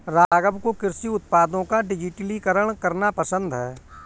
राघव को कृषि उत्पादों का डिजिटलीकरण करना पसंद है